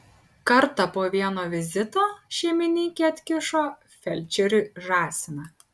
kartą po vieno vizito šeimininkė atkišo felčeriui žąsiną